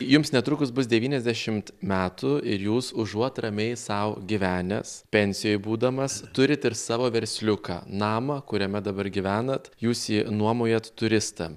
jums netrukus bus devyniasdešim metų ir jūs užuot ramiai sau gyvenęs pensijoj būdamas turit ir savo versliuką namą kuriame dabar gyvenat jūs jį nuomojat turistam